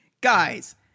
Guys